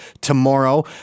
tomorrow